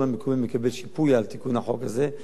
המקומי מקבל שיפוי על תיקון החוק הזה.